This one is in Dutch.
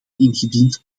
ingediend